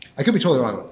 i could be totally wrong